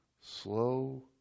Slow